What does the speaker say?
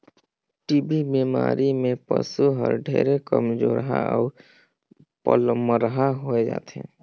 TB बेमारी में पसु हर ढेरे कमजोरहा अउ पलमरहा होय जाथे